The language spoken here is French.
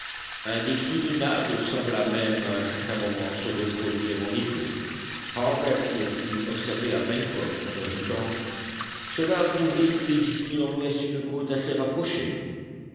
un des cris de nab sembla même à un certain moment se reproduire en écho harbert le fit observer à pencroff en ajoutant cela prouverait qu'il existe dans l'ouest une côte assez rapprochée